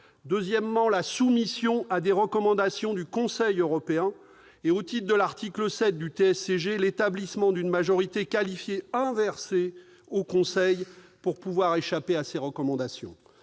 deuxièmement, la soumission à des recommandations du Conseil européen et, au titre de l'article 7 du TSCG, l'établissement d'une majorité qualifiée inversée au Conseil pour échapper à ces recommandations